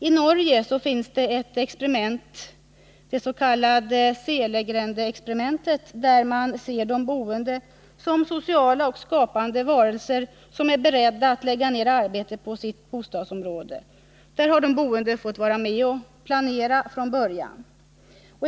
I Norge finns det ett experiment, det s.k. Selegrendexperimentet, där man ser de boende som sociala och skapande varelser, som är beredda att lägga ner arbete på sitt bostadsområde. Där har de boende fått vara med och planera från början.